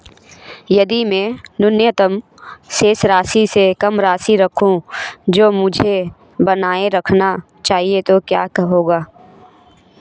यदि मैं न्यूनतम शेष राशि से कम राशि रखूं जो मुझे बनाए रखना चाहिए तो क्या होगा?